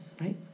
right